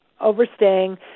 overstaying